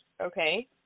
Okay